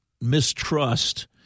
mistrust